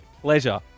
pleasure